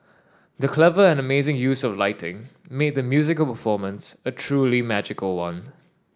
the clever and amazing use of lighting made the musical performance a truly magical one